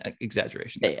exaggeration